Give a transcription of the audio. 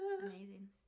Amazing